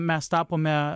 mes tapome